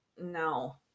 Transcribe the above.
no